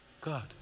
God